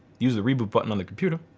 use the reboot button on the computer.